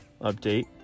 update